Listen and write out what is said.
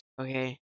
okay